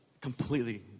completely